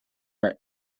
are